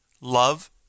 love